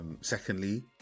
Secondly